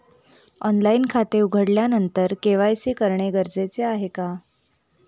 Online खाते उघडल्यानंतर KYC करणे गरजेचे आहे का?